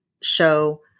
show